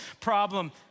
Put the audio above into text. problem